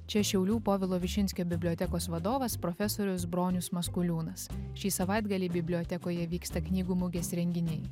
čia šiaulių povilo višinskio bibliotekos vadovas profesorius bronius maskuliūnas šį savaitgalį bibliotekoje vyksta knygų mugės renginiai